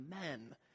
men